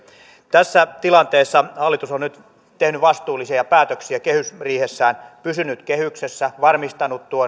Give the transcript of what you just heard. tässä tilanteessa hallitus on nyt tehnyt vastuullisia päätöksiä kehysriihessään pysynyt kehyksessä varmistanut